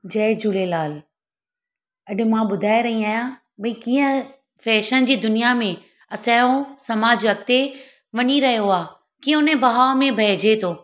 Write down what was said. जय झूलेलाल अॼु मां ॿुधाए रही आहियां भई कीअं फैशन जी दुनिया में असां जो समाज अॻिते वञी रहियो आहे कीअं उन जे बहाव में बहिजे थो